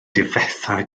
difetha